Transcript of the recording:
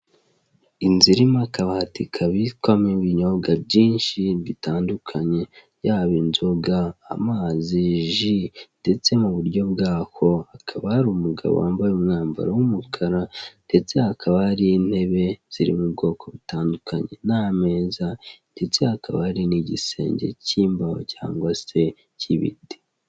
Inzu irimo akabati kabikwamo ibinyobwa byinshi bitandukanye, yaba inzoga, amazi, ji, ndetse mu buryo bwako hakaba hari umugabo wambaye umwambaro w'umukara ndetse hakaba hari intebe ziri mu bwoko butandukanye. N'ameza, ndetse hakaba hari n'igisenge k'imbaho cyangwa se k'ibiti.